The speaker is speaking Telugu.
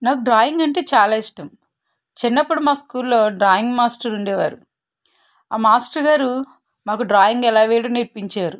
నాకు డ్రాయింగ్ అంటే చాలా ఇష్టం చిన్నప్పుడు మా స్కూల్లో డ్రాయింగ్ మాస్టర్ ఉండేవారు ఆ మాస్టర్ గారు మాకు డ్రాయింగ్ ఎలా వేయడం నేర్పించారు